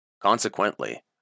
Consequently